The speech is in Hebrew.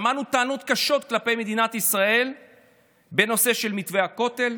שמענו טענות קשות כלפי מדינת ישראל בנושא של מתווה הכותל,